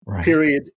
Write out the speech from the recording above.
period